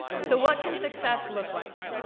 so what can success look like?